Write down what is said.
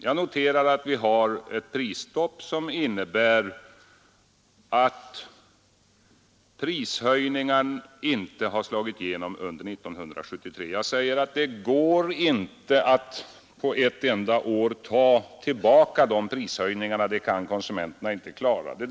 Jag noterar att vi har ett prisstopp, som innebär att prishöjningar inte slagit igenom under 1973. Det går inte att på ett enda år ta tillbaka de prishöjningarna. Det kan konsumenterna inte klara.